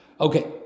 Okay